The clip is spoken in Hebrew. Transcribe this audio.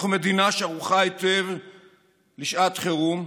אנחנו מדינה שערוכה היטב לשעת חירום,